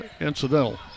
incidental